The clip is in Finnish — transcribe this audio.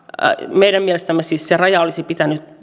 meidän mielestämme siis sen rajan olisi pitänyt